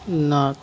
না